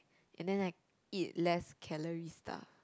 and then I eat less calorie stuff